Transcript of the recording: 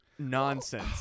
Nonsense